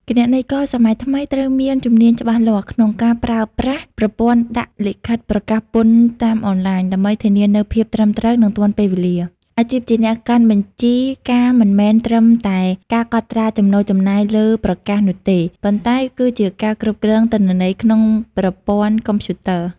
គណនេយ្យករសម័យថ្មីត្រូវមានជំនាញច្បាស់លាស់ក្នុងការប្រើប្រាស់ប្រព័ន្ធដាក់លិខិតប្រកាសពន្ធតាមអនឡាញ ដើម្បីធានានូវភាពត្រឹមត្រូវ និងទាន់ពេលវេលា។